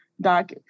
doc